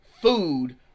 food